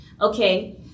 Okay